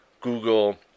Google